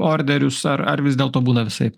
orderius ar ar vis dėlto būna visaip